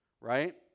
right